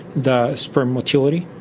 the sperm motility,